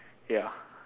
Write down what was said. ya